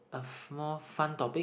a small fun topic